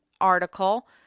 article